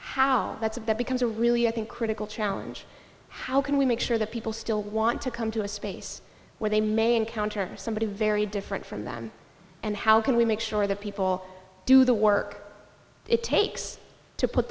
that how that's a becomes a really critical challenge how can we make sure that people still want to come to a space where they may encounter somebody very different from them and how can we make sure that people do the work it takes to put